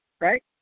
right